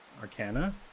Arcana